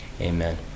Amen